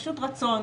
פשוט רצון.